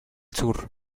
sur